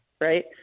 right